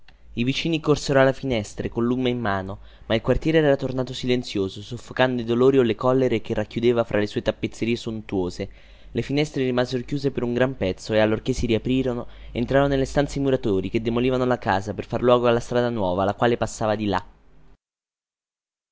i vicini corsero alle finestre col lume in mano ma il quartiere era tornato silenzioso soffocando i dolori o le collere che racchiudeva fra le sue tappezzerie sontuose le finestre rimasero chiuse per un gran pezzo e allorchè si riaprirono entrarono nelle stanze i muratori che demolivano la casa per far luogo alla strada nuova la quale passava di là